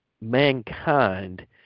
mankind